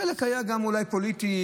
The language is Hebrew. חלק היה גם אולי פוליטי.